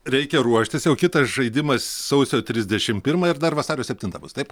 reikia ruoštis jau kitas žaidimas sausio trisdešim pirmą ir dar vasario septintą bus taip